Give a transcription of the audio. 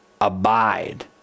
abide